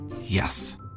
Yes